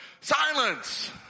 Silence